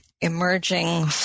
emerging